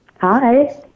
Hi